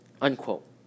Unquote